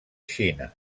xina